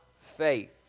faith